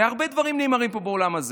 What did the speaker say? הרבה דברים נאמרים פה, באולם הזה.